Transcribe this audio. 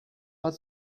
hat